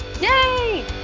Yay